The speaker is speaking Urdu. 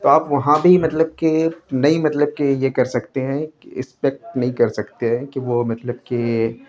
تو آپ وہاں بھی مطلب کہ نہیں مطلب کہ یہ کر سکتے ہیں کہ اکسپکٹ نہیں کر سکتے ہیں کہ وہ مطلب کہ